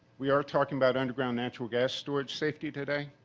we are talking about underground natural gas storage safety today,